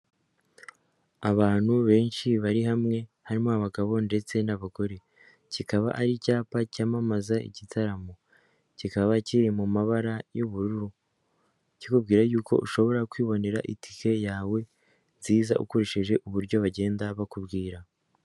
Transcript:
Abantu benshi bari hamwe harimo abagabo ndetse n'abagore, kikaba ari icyapa cyamamaza igitaramo, kikaba kiri mu mabara y'ubururu kikubwira yuko ushobora kwibonera itike yawe nziza ukoresheje uburyo bagenda bakubwira.